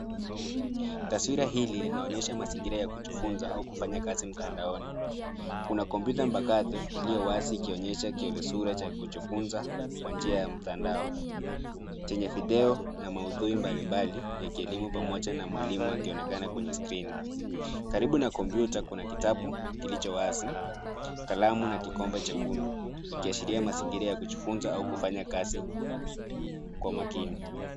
Taswira hili inaonyesha mazingira ya kujifunza au kufanya kazi mtandaoni. Kuna kompyuta mpakato iliyo wazi ikionyesha kiolesura cha kujifunza kwa njia ya mtandao, chenye video na maudhui mbalimbali ya kielimu pamoja na mwalimu akionekana kwenye skrini. Karibu na kompyuta kuna kitabu kilicho wazi, kalamu na kikombe chekundu, ikiashiria mazingira ya kujifunza au kufanya kazi kwa makini.